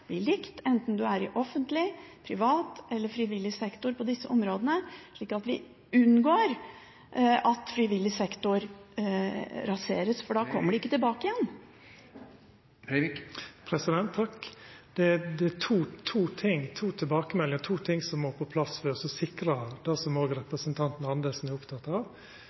blir likt enten man er i offentlig, privat eller frivillig sektor på disse områdene, slik at vi unngår at frivillig sektor raseres, for da kommer de ikke tilbake igjen? Det er to tilbakemeldingar, to ting som må på plass for å sikra det som òg representanten Karin Andersen er oppteken av.